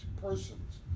persons